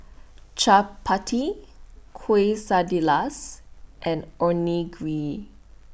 Chapati Quesadillas and Onigiri